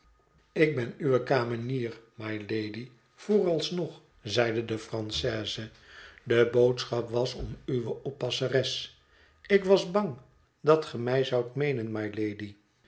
ik ben uwé kamenier mylady vooralsnog zeide de francaise de boodschap was om uwe oppasseres ik was bang dat ge mij zoudt meenen